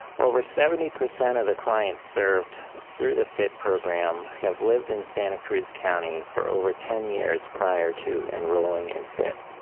over seventy percent of the clients served through the fit program have lived in santa cruz county for over ten years prior to enrolling in fit.